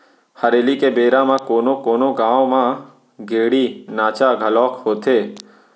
हरेली के बेरा म कोनो कोनो गाँव म गेड़ी नाचा घलोक होथे